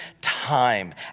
time